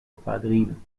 padrino